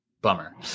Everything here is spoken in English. Bummer